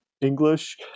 English